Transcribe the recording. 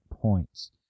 points